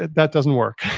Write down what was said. that that doesn't work.